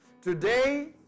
Today